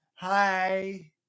Hi